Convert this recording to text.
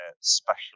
special